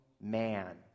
man